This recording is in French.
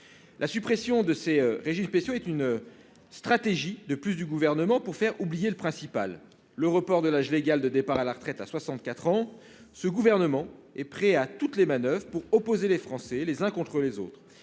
La suppression de ces régimes spéciaux constitue une stratégie supplémentaire du Gouvernement pour faire oublier le principal : le report de l'âge légal de départ à la retraite à 64 ans. Ce gouvernement est prêt à toutes les manoeuvres pour opposer les Français les uns aux autres.